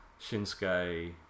Shinsuke